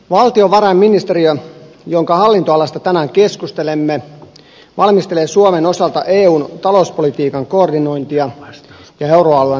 valtiovarainministeriö jonka hallintoalasta tänään keskustelemme valmistelee suomen osalta eun talouspolitiikan koordinointia ja euroalueen talouspolitiikkaa